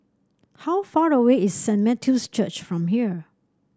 How far away is Saint Matthew's Church from here